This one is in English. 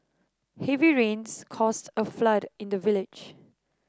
heavy rains caused a flood in the village